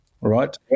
right